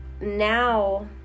now